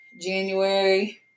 January